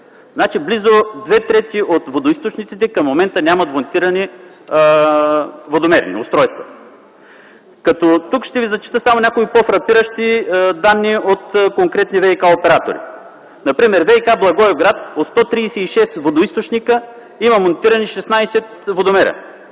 близо две трети от водоизточниците към момента нямат монтирани устройства. Тук ще ви зачета само някои по-фрапиращи данни от конкретни ВиК оператори. Например: - ВиК – Благоевград, от 136 водоизточника има монтирани 16 водомера;